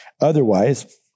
Otherwise